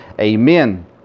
Amen